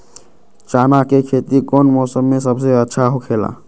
चाना के खेती कौन मौसम में सबसे अच्छा होखेला?